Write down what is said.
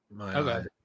Okay